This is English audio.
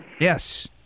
Yes